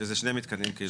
שזה שני מתקנים כאילו.